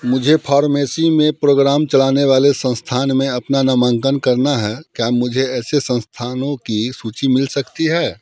मुझे फॉर्मेसी में प्रोगराम चलाने वाले संस्थान में अपना नामांकन करना है क्या मुझे ऐसे संस्थानों की सूची मिल सकती है